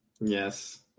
Yes